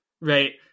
right